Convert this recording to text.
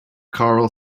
choral